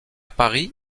paris